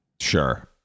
Sure